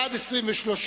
בעד, 23,